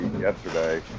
yesterday